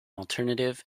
alternative